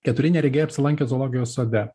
keturi neregiai apsilankė zoologijos sode